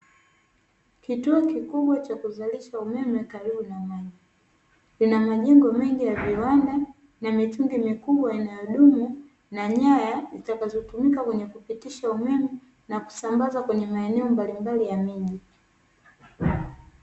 Kituo kikubwa cha kuzalisha umeme karibu na maji, kina majengo mengi ya viwanda na mitungi mikubwa inayodumu, na nyaya zitakazo tumika kupitisha umeme na kusambaza katika maeneo mbalimbali ya miji.